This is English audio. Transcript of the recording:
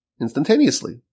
Instantaneously